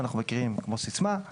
כמו סיסמה;